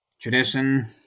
Tradition